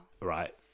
Right